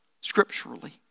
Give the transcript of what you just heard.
scripturally